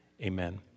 Amen